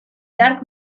dark